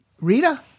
Rita